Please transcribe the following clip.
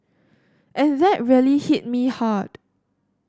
and that really hit me hard